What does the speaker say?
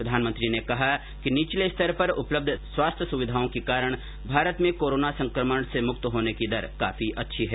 प्रधानमंत्री ने कहा कि निचले स्तर पर उपलब्ध स्वास्थ्य सुविधाओं के कारण भारत में कोरोना संकमण से मुक्त होने की दर काफी अच्छी है